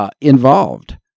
involved